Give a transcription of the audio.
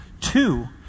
Two